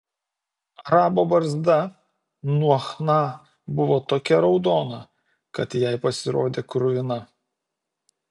arabo barzda nuo chna buvo tokia raudona kad jai pasirodė kruvina